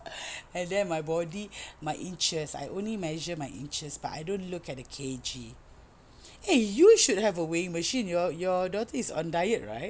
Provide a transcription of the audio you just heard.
and then my body my inches I only measure my inches but I don't look at the K_G eh you should have a weighing machine your your daughter is on diet right